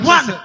One